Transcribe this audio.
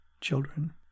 children